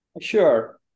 Sure